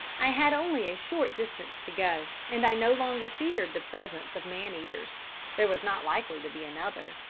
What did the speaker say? i had only a short distance to go, and i no longer feared the presence of man-eaters there was not likely to be another.